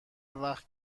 وقتی